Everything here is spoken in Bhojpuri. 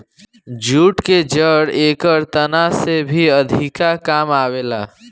जूट के जड़ एकर तना से भी अधिका काम आवेला